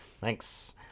Thanks